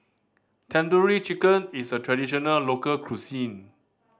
Tandoori Chicken is a traditional local cuisine